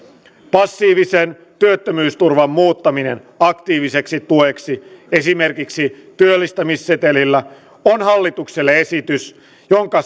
passiivisen työttömyysturvan muuttaminen aktiiviseksi tueksi esimerkiksi työllistymissetelillä on hallitukselle esitys jonka